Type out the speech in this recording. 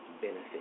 benefit